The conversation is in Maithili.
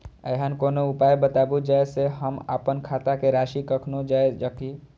ऐहन कोनो उपाय बताबु जै से हम आपन खाता के राशी कखनो जै सकी?